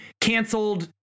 canceled